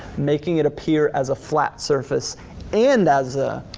making it appear as a flat surface and as a